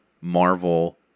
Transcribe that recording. Marvel